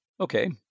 Okay